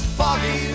foggy